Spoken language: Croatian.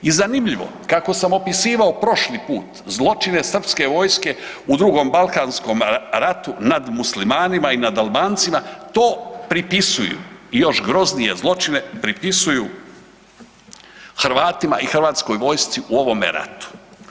I zanimljivo kako sam opisao prošli put zločine srpske vojske u drugom balkanskom ratu nad Muslimanima i nad Albancima to pripisuju, još groznije zločine pripisuju Hrvatima i hrvatskoj vojski u ovome ratu.